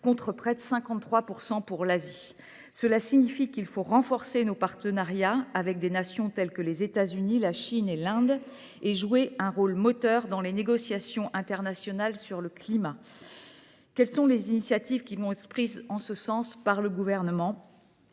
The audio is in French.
contre près de 63 % pour l’Asie. Cela signifie qu’il faut renforcer nos partenariats avec des Nations telles que les États-Unis, la Chine et l’Inde et jouer un rôle moteur dans les négociations internationales sur le climat. Quelles initiatives le Gouvernement va-t-il prendre en